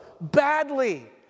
badly